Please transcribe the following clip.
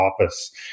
office